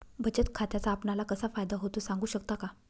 बचत खात्याचा आपणाला कसा फायदा होतो? सांगू शकता का?